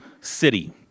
city